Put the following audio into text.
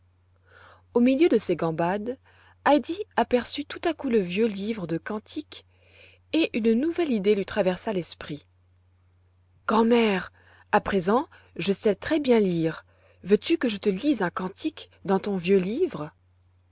au milieu de ses gambades heidi aperçut tout à coup le vieux livre de cantiques et une nouvelle idée lui traversa l'esprit grand'mère à présent je sais très bien lire veux-tu que je te lise un cantique dans ton vieux livre